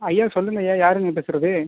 ஐயா சொல்லுங்கய்யா யாருங்க பேசுகிறது